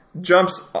jumps